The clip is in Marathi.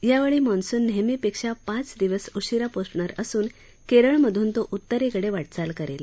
यावेळी मान्सून नेहमीपेक्षा पाच दिवस उशीरा पोचणार असून केरळमधून तो उत्तरेकडे वाटचाल करेल